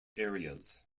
areas